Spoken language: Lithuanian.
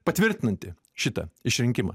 patvirtinanti šitą išrinkimą